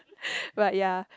but ya